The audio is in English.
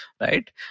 right